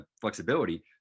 flexibility